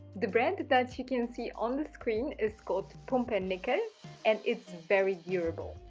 the bread that that you can see on the screen is called pumpernickel and it's very durable.